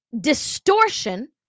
distortion